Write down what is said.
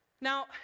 Now